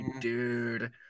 dude